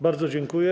Bardzo dziękuję.